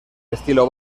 estilo